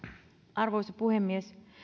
arvoisa puhemies